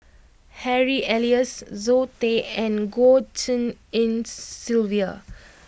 Harry Elias Zoe Tay and Goh Tshin En Sylvia